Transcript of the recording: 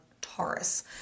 Taurus